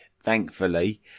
thankfully